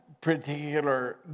particular